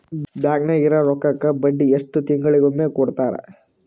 Bank ನಾಗಿರೋ ರೊಕ್ಕಕ್ಕ ಬಡ್ಡಿ ಎಷ್ಟು ತಿಂಗಳಿಗೊಮ್ಮೆ ಕೊಡ್ತಾರ?